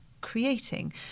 creating